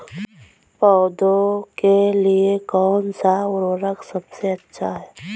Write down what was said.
पौधों के लिए कौन सा उर्वरक सबसे अच्छा है?